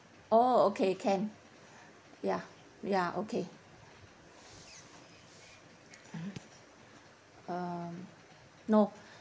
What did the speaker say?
oh okay can ya ya okay um no